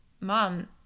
mom